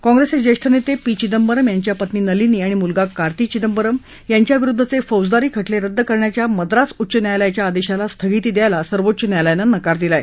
काँग्रेसचे ज्येष्ठ नेते पी विदंबरम यांच्या पत्नी नलिनी आणि मुलगा कार्ती चिदंबरम यांच्याविरुद्धचे फौजदारी खटले रद्द करण्याच्या मद्रास उच्च न्यायालयाच्या आदेशाला स्थगिती द्यायला सर्वोच्च न्यायालयानं नकार दिला आहे